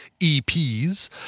EPs